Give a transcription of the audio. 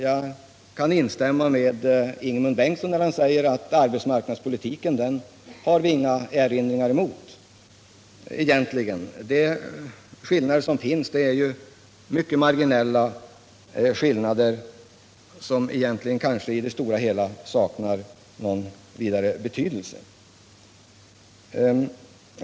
Jag kan instämma med Ingemund Bengtsson när han sade att det egentligen inte finns några erinringar mot arbetsmarknadspolitiken. Skillnaderna i uppfatt 115 Nr 44 ningen är mycket marginella och saknar på det hela taget betydelse.